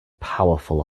powerful